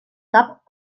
cap